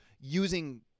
using